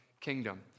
kingdom